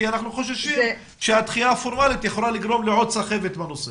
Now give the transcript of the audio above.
אנחנו חוששים שהדחייה הפורמלית יכולה לגרום לעוד סחבת בנושא.